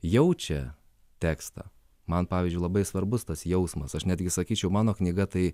jaučia tekstą man pavyzdžiui labai svarbus tas jausmas aš netgi sakyčiau mano knyga tai